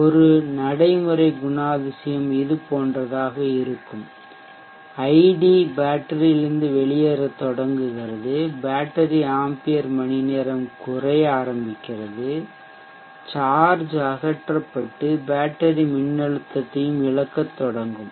ஒரு நடைமுறை குணாதிசயம் இதுபோன்றதாக இருக்கும் ஐடி பேட்டரியிலிருந்து வெளியேறத் தொடங்குகிறது பேட்டரி ஆம்பியர் மணிநேரம் குறைய ஆரம்பிக்கிறது சார்ஜ் அகற்றப்பட்டு பேட்டரி மின்னழுத்தத்தையும் இழக்கத் தொடங்கும்